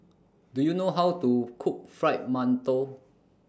Do YOU know How to Cook Fried mantou